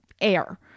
air